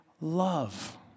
love